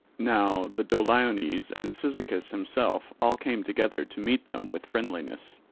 now the doliones and cyzicus himself all came together to meet them with friendliness,